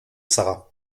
sara